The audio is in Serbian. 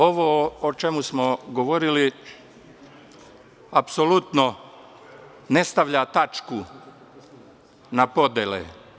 Ovo o čemu smo govorili apsolutno ne stavlja tačku na podele.